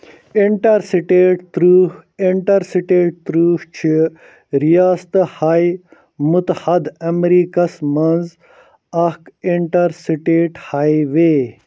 inter state ترٕٛہ interstate ترٕٛہ چھ ریاستہٕ ہائے متحدہ امریکس منٛز اَکھ انٹر سِٹیٹ ہائے ویے